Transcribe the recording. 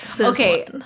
okay